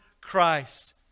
Christ